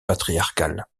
patriarcal